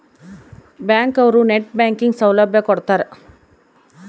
bank ಅವ್ರು net banking ಸೌಲಭ್ಯ ಕೊಡ್ತಾರ